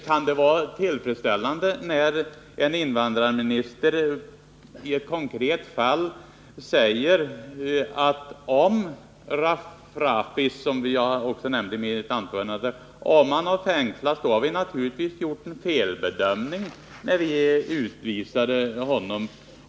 Kan det vara tillfredsställande när en invandrarminister i ett konkret fall — t.ex. Rafrafi, som jag nämnde i mitt anförande — säger att om personen i fråga fängslats, så har vi naturligtvis gjort en felbedömning när vi utvisade honom?